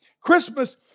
Christmas